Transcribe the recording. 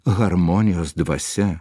harmonijos dvasia